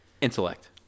Intellect